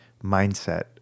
mindset